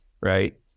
right